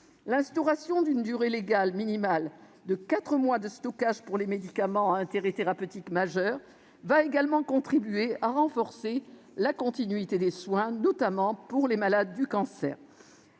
L'instauration d'une durée légale minimale de quatre mois de stockage pour les médicaments à intérêt thérapeutique majeur va également contribuer à renforcer la continuité des soins, notamment pour les malades du cancer.